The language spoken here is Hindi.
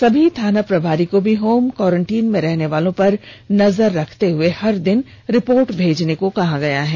सभी थाना प्रभारी को भी होम कोरेंटाईन में रहने वालों पर नजर रखते हुए हर दिन रिर्पोट भेजने के लिए कहा गया है